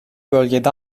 bölgede